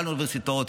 לכלל האוניברסיטאות,